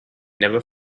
never